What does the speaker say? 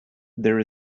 there